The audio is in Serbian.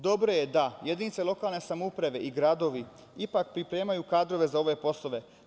Dobro je da jedinice lokalne samouprave i gradovi ipak pripremaju kadrove za ove poslove.